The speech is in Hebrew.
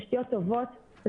תשתיות טובות אלה